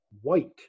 white